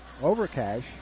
Overcash